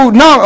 no